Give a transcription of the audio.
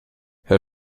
herr